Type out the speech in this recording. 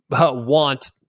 want